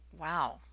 wow